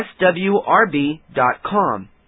swrb.com